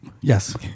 Yes